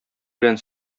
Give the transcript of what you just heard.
белән